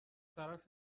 طرف